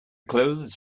clothes